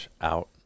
Out